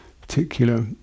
particular